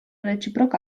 reciproc